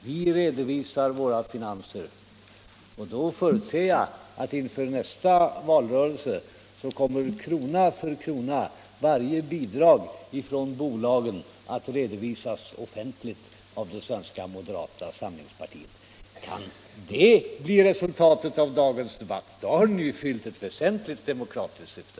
Vi redovisar våra finanser.” Då förutser jag att inför nästa valrörelse kommer, krona för krona, varje bidrag från bolagen att redovisas offentligt av det svenska moderata samlingspartiet. Kan det bli resultatet av dagens debatt, då har den ju fyllt ett väsentligt demokratiskt syfte.